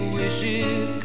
wishes